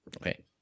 Okay